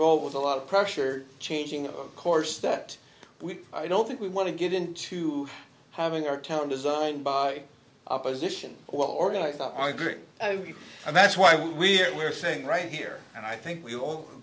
with a lot of pressure changing of course that we i don't think we want to get into having our town designed by opposition well organized i agree and that's why we're we're saying right here and i think we all